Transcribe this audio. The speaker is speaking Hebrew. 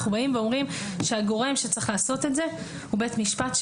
אנחנו באים ואומרים שהגורם שצריך לעשות את זה הוא בית משפט,